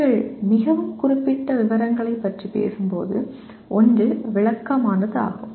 நீங்கள் மிகவும் குறிப்பிட்ட விவரங்களைப் பற்றி பேசும் போது ஒன்று விளக்கமானது ஆகும்